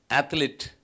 athlete